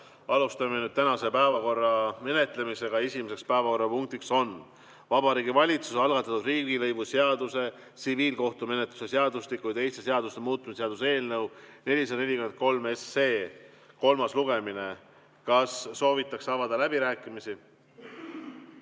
Alustame tänase päevakorra menetlemist. Esimene päevakorrapunkt on Vabariigi Valitsuse algatatud riigilõivuseaduse, tsiviilkohtumenetluse seadustiku ja teiste seaduste muutmise seaduse eelnõu 443 kolmas lugemine. Kas soovitakse avada läbirääkimisi?